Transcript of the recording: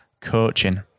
coaching